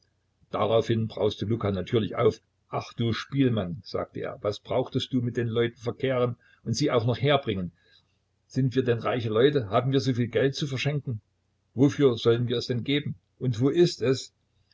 daraufhin braust luka natürlich auf ach du spielmann sagte er was brauchtest du mit den leuten verkehren und sie auch noch herbringen sind wir denn reiche leute haben wir soviel geld zu verschenken wofür sollen wir es denn geben und wo ist es